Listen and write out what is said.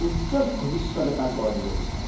উজ্জ্বল ভৱিষ্যত এটা গঢ় দিব বিচাৰোঁ